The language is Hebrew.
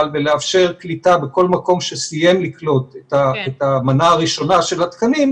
ולאפשר קליטה בכל מקום שסיים לקלוט את המנה הראשונה של התקנים,